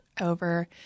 over